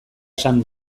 esan